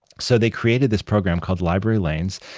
so they created this program called library lanes,